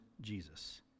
Jesus